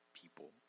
people